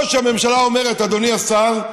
או שהממשלה אומרת, אדוני השר: